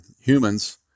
humans